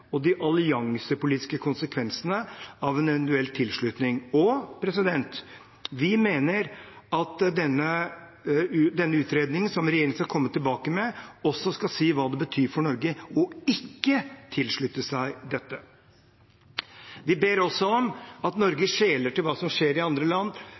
og de alliansepolitiske konsekvensene av en eventuell tilslutning. Vi mener også at denne utredningen som regjeringen skal komme tilbake med, også skal si hva det betyr for Norge ikke å tilslutte seg dette. Vi ber også om at Norge skjeler til hva som skjer i andre land.